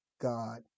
God